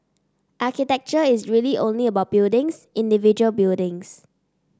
architecture is really only about buildings individual buildings